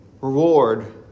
reward